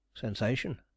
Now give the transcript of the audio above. Sensation